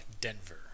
Denver